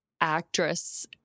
actress